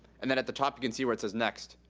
and then at the top, you can see where it says next.